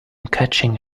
catching